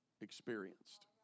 experienced